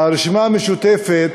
הרשימה המשותפת,